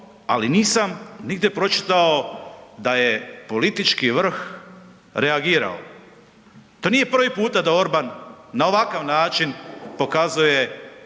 ali nisam nigdje pročitao da je politički vrh reagirao. To nije prvi puta da Orban na ovakav način pokazuje